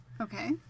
Okay